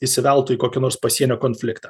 įsiveltų į kokį nors pasienio kanfliktą